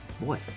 boy